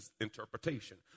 interpretation